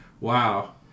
Wow